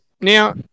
Now